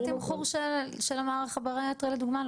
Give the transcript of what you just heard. אתם עוד צריכים לתקן את התמכור של המערך הבריאטרי לדוגמא,